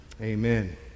Amen